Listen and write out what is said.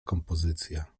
kompozycja